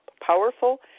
powerful